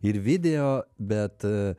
ir video bet